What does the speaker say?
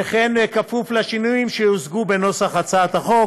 וכן כפוף לשינויים שיושגו בנוסח הצעת החוק.